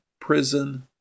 prison